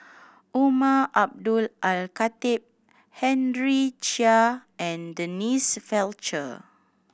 Umar Abdullah Al Khatib Henry Chia and Denise Fletcher